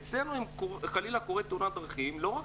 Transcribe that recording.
אצלנו אם חלילה קורית תאונת דרכים לא רק